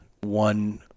one